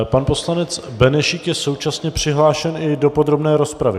Pan poslanec Benešík je současně přihlášen i do podrobné rozpravy.